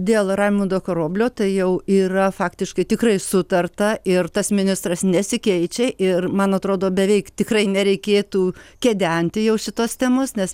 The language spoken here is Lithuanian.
dėl raimundo karoblio tai jau yra faktiškai tikrai sutarta ir tas ministras nesikeičia ir man atrodo beveik tikrai nereikėtų kedenti jau šitos temos nes